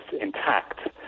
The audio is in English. intact